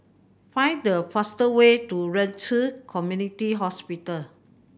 find the fast way to Ren Ci Community Hospital